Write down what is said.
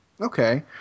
Okay